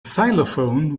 xylophone